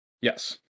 Yes